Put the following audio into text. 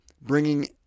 bringing